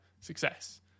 success